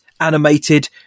animated